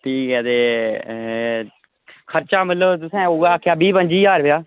ठीक ऐ ते खर्चा मतलब तुसें उ'ऐ आखेआ बीह् पंजी ज्हार रपेआ